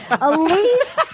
Elise